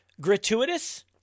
Gratuitous